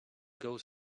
goes